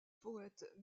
poète